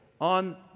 on